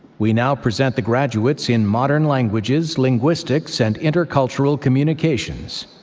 we now present the graduates in modern languages, linguistics and intercultural communications.